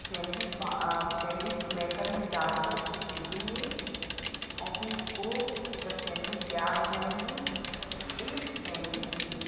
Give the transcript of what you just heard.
sandwich sandwich maker में डालकर उसको सेकेंगे और फिर उसको जब सैंडविच तैयार हो जाएँगी एक सैंडविच के